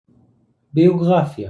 ביוגרפיה